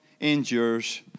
endures